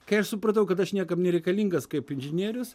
kai aš supratau kad aš niekam nereikalingas kaip inžinierius